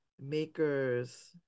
Makers